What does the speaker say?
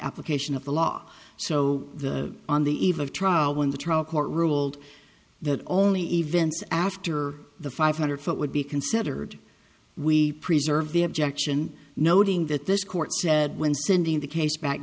application of the law so the on the eve of trial when the trial court ruled that only events after the five hundred foot would be considered we preserve the objection noting that this court said when sending the case back